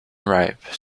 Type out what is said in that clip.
ripe